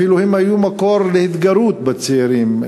הם אפילו היו מקור להתגרות בצעירים,